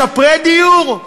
משפרי דיור.